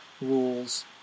rules